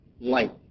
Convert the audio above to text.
light